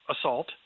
assault